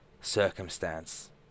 circumstance